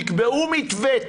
תקבעו מתווה,